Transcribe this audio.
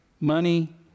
money